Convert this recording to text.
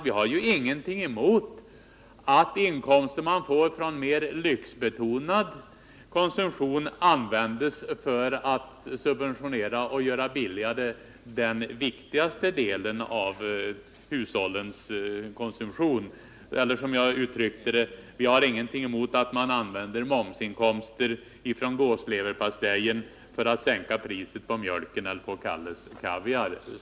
Vi har ingenting emot att inkomster från mer lyxbetonad konsumtion används för att subventionera den viktigaste delen av hushållens konsumtion. Eller som jag uttryckte det: Vi har ingenting emot att man använder momsinkomster från gåsleverpastejen för att sänka priset på mjölk eller Kalles kaviar.